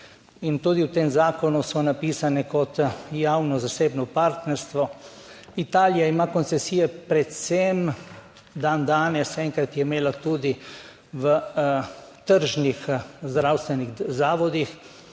in tudi v tem zakonu so napisane kot javno zasebno partnerstvo. Italija ima koncesije predvsem dandanes, enkrat je imela tudi v tržnih zdravstvenih zavodih